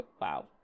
Wow